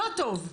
לא טוב.